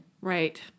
right